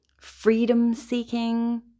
freedom-seeking